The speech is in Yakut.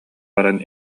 баран